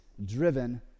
driven